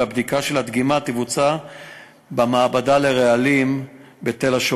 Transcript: הבדיקה של הדגימה תיעשה במעבדה לרעלים בתל-השומר,